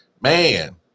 Man